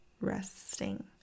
resting